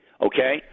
Okay